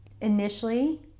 initially